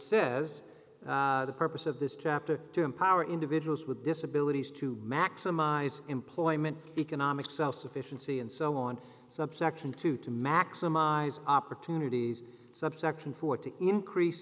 says the purpose of this chapter to empower individuals with disabilities to maximize employment economic self sufficiency and so on some plectrum to to maximize opportunities subsection four to increase